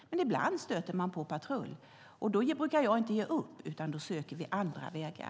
Men ibland stöter man på patrull. Då brukar jag inte ge upp, utan då söker vi andra vägar.